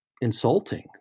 Insulting